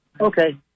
Okay